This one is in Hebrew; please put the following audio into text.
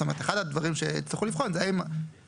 זאת אומרת אחד הדברים שיצטרכו לבחון זה האם התנאים